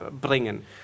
bringen